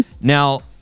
now